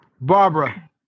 Barbara